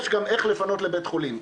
יש גם איך לפנות לבית חולים,